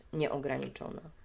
nieograniczona